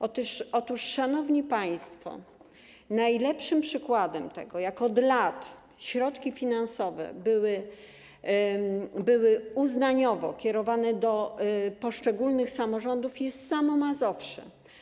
Otóż, szanowni państwo, najlepszym przykładem tego, jak od lat środki finansowe były uznaniowo kierowane do poszczególnych samorządów, jest samo Mazowsze.